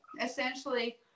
Essentially